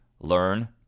Learn